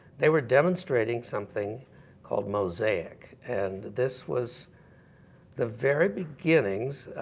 they were demonstrating something called mosaic. and this was the very beginnings